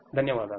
ధన్యవాదాలు